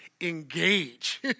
engage